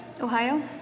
Ohio